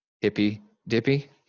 hippy-dippy